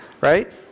right